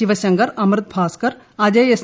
Sivasankar Amrit Bhaskar Ajay S